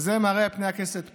וזה מראה פני הכנסת פה.